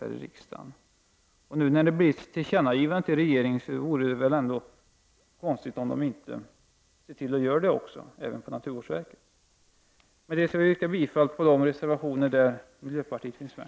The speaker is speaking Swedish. När det nu givits ett tillkännagivande till regeringen vore det väl ändå konstigt om regeringen inte också ser till att naturvårdsverket följer beslutet. Med detta vill jag yrka bifall till de reservationer där miljöpartiet finns med.